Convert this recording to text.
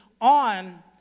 on